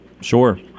sure